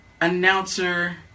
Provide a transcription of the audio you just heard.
announcer